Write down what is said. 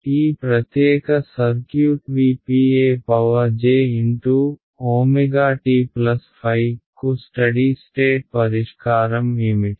ఈ ప్రత్యేక circuit Vp ejωtϕ కు స్టడీ స్టేట్ పరిష్కారం ఏమిటి